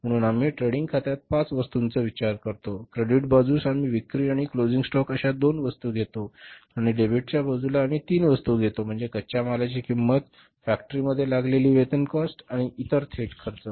म्हणून आम्ही ट्रेडिंग खात्यात पाच वस्तूंचा विचार करतो क्रेडिट बाजूस आम्ही विक्री आणि क्लोजिंग स्टॉक अशा दोन वस्तू घेतो आणि डेबिटच्या बाजूला आम्ही तीन वस्तू घेतो म्हणजेच कच्च्या मालाची किंमत फॅक्टरी मध्ये लागलेली वेतन कॉस्ट आणि इतर थेट खर्च